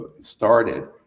started